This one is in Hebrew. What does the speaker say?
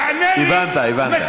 הבנת, הבנת.